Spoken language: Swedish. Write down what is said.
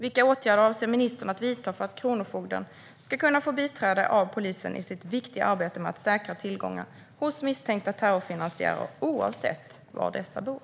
Vilka åtgärder avser ministern att vidta för att kronofogden ska kunna få biträde av polisen i sitt viktiga arbete med att säkra tillgångar hos misstänkta terrorfinansiärer oavsett var dessa bor?